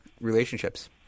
relationships